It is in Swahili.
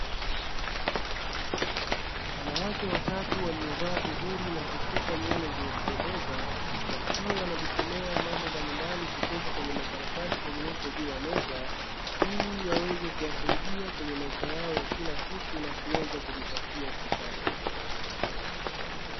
Wanawake watatu waliovaa vizuri na kusuka nywele zenye kupendeza, wakiwa wanajisomea mambo mbalimbali kutoka kwenye makaratasi yaliyopo juu ya meza, ili yaweze kuwasaidia kwenye maisha yao ya kila siku na kuweza kujipatia kipato.